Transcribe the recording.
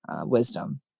wisdom